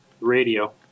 Radio